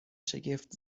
شگفت